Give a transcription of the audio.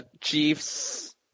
Chiefs